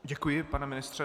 Děkuji, pane ministře.